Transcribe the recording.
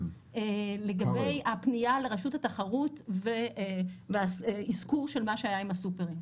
לגבי הפניה לרשות התחרות והאיזכור של מה שהיה עם הסופרים.